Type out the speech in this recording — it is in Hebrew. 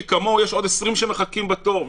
כי כמוהו יש עוד 20 שמחכים בתור.